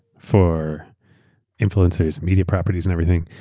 for influencers, media properties, and everything,